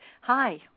Hi